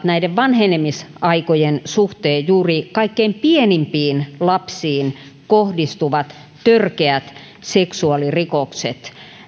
näiden vanhenemisaikojen suhteen muodostavat juuri kaikkein pienimpiin lapsiin kohdistuvat törkeät seksuaalirikokset